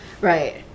Right